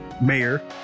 mayor